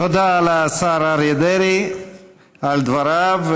תודה לשר אריה דרעי על דבריו,